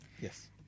Yes